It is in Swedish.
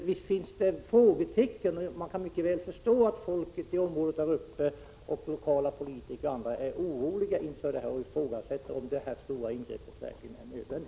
Visst finns det frågetecken, och man kan mycket väl förstå att folket i området där uppe och lokala politiker och andra är oroliga och ifrågasätter om detta stora ingrepp verkligen är nödvändigt.